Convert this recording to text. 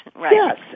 Yes